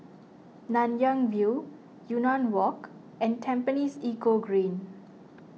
Nanyang View Yunnan Walk and Tampines Eco Green